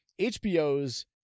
HBO's